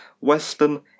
western